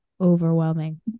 overwhelming